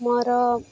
ମୋର